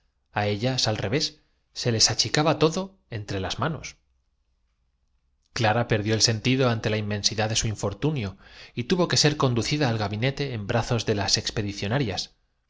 a ellas al revés se les achicaba todo entre las manos clara perdió el sentido ante la inmensidad de su in fortunio y tuvo que ser conducida al gabinete en bra zos de las expedicionarias